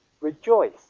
rejoice